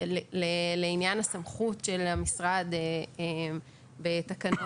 לעניין הסמכות של המשרד בתקנות